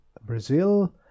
Brazil